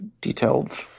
detailed